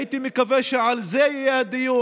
הייתי מקווה שעל זה יהיה הדיון.